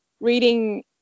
reading